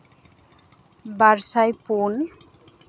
ᱵᱟᱨᱥᱟᱭ ᱯᱩᱱ